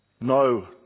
No